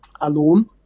alone